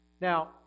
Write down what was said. Now